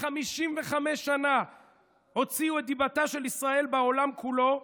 ש-55 שנה הוציאו את דיבתה של ישראל בעולם כולו,